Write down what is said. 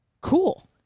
cool